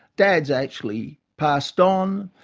dad's actually passed on.